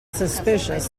suspicious